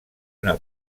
una